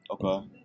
Okay